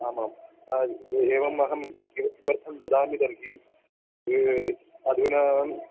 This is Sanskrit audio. आम् आम् एवम् अहं किमर्थं वदामि तर्हि द्वे अधुना